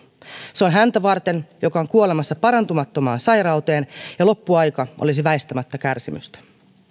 se on häntä varten joka on kuolemassa parantumattomaan sairauteen ja jolle loppuaika olisi väistämättä kärsimystä